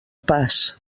pas